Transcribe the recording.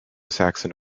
saxon